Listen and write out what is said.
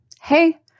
hey